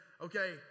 okay